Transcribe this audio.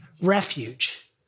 refuge